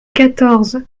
quatorze